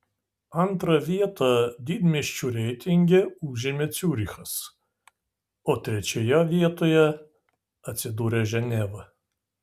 antrą vietą didmiesčių reitinge užėmė ciurichas o trečioje vietoje atsidūrė ženeva